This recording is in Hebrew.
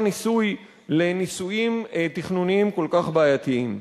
ניסוי לניסויים תכנוניים כל כך בעייתיים.